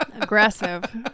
Aggressive